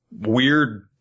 weird